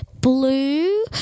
Blue